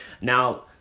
Now